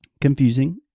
Confusing